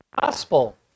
gospel